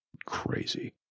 crazy